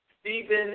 Stephen